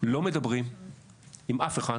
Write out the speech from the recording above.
והמצב הוא שלא מדברים עם אף אחד